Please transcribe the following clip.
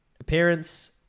appearance